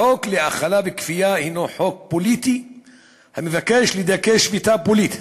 החוק להאכלה בכפייה הנו חוק פוליטי המבקש לדכא שביתה פוליטית.